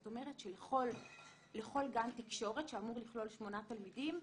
זאת אומרת שלכל גן תקשורת שאמור לכלול שמונה תלמידים,